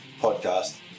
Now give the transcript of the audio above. podcast